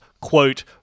quote